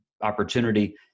opportunity